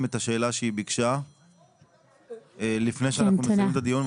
את השאלה שהיא ביקשה לפני שאנחנו מסיימים את הדיון,